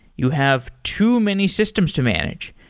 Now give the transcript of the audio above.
you have too many systems to manage.